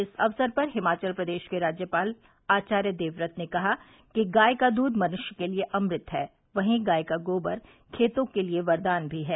इस अवसर पर हिमाचल प्रदेश के राज्यपाल आचार्य देवव्रत ने कहा कि गाय का दूध मनृष्य के लिये अमृत है वहीं गाय का गोबर खेतों के लिये वरदान भी है